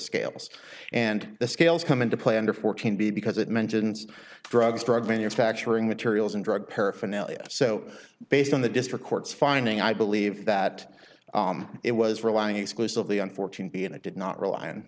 scales and the scales come into play under fourteen b because it mentions drugs drug manufacturing materials and drug paraphernalia so based on the district court's finding i believe that it was relying exclusively on fourteen b and i did not rely